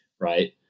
right